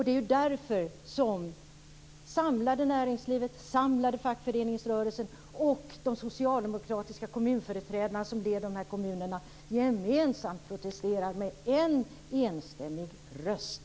Det är därför som det samlade näringslivet, den samlade fackföreningsrörelsen och de socialdemokratiska kommunföreträdarna för de här kommunerna protesterar gemensamt med enstämmig röst.